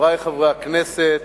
חברי חברי הכנסת,